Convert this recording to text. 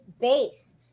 base